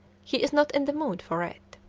he is not in the mood for it.